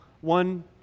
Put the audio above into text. One